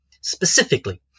specifically